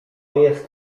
jest